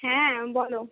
হ্যাঁ বলো